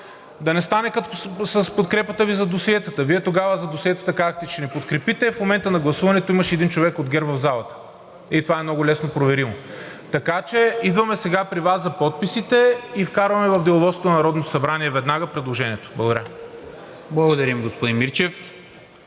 да не стане като с подкрепата Ви за досиетата. Вие тогава за досиетата казахте, че ще ни подкрепите, а в момента на гласуването, имаше един човек от ГЕРБ в залата и това е много лесно проверимо. Така че идваме сега при Вас за подписите и вкарваме в Деловодството на Народното събрание веднага предложението. Благодаря. ПРЕДСЕДАТЕЛ НИКОЛА МИНЧЕВ: